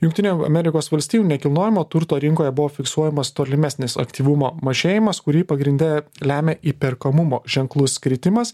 jungtinių amerikos valstijų nekilnojamo turto rinkoje buvo fiksuojamas tolimesnis aktyvumo mažėjimas kurį pagrinde lemia įperkamumo ženklus kritimas